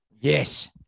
Yes